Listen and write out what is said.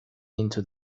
into